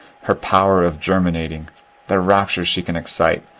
her power of germinating the rapture she can excite,